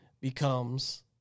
becomes